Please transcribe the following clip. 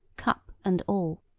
cup and all.